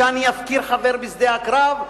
שאני אפקיר חבר בשדה הקרב.